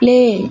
play